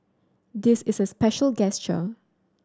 this is a special gesture